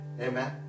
Amen